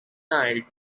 night